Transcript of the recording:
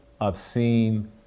obscene